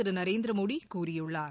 திருநரேந்திரமோடிகூறியுள்ளார்